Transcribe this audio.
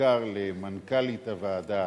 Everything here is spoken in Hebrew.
בעיקר למנכ"לית הוועדה,